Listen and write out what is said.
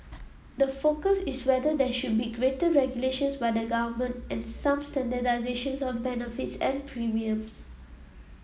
the focus is whether there should be greater regulations by the government and some standardisations of benefits and premiums